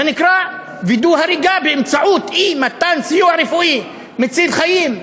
זה נקרא וידוא הריגה באמצעות אי-מתן סיוע רפואי מציל חיים.